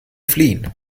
fliehen